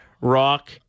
rock